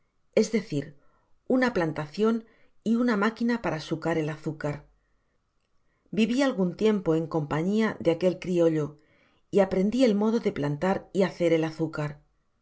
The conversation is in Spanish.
es decir una plantacion y una máquina para sacar el azúcar viví algun tiempo en compañía de aquel criollo y aprendi el modo de plantar y haeer el azúcar